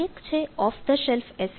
એક છે off the shelf S